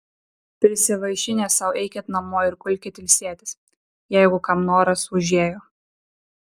prisivaišinę sau eikit namo ir gulkit ilsėtis jeigu kam noras užėjo